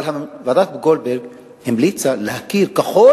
ועדת-גולדברג המליצה להכיר ככל